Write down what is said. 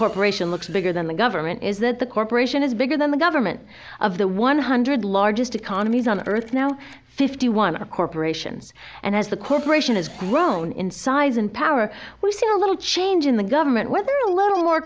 corporation looks bigger than the government is that the corporation is bigger than the government of the one hundred largest economies on earth now fifty one are corporations and as the corporation has grown in size and power we've seen a little change in the government whether a little more